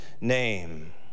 name